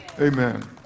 Amen